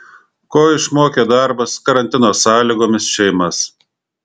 ko išmokė darbas karantino sąlygomis šeimas